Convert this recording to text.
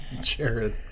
Jared